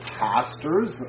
pastors